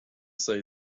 say